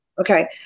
okay